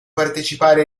partecipare